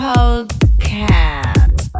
Podcast